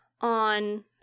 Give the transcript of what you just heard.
on